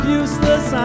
useless